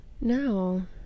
No